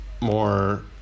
more